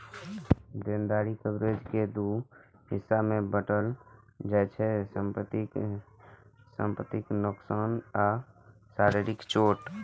देनदारी कवरेज कें दू हिस्सा मे बांटल जाइ छै, संपत्तिक नोकसान आ शारीरिक चोट